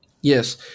Yes